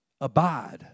abide